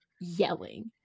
yelling